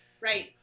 Right